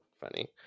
Funny